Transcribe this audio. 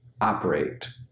operate